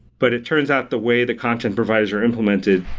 but it turns out, the way the content providers are implemented,